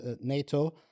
NATO